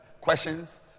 questions